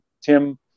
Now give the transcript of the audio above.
Tim